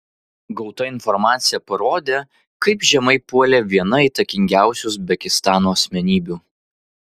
gauta informacija parodė kaip žemai puolė viena įtakingiausių uzbekistano asmenybių